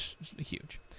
huge